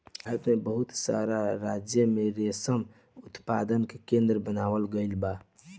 भारत के बहुत सारा राज्य में रेशम उत्पादन के केंद्र बनावल गईल बा